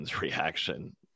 reaction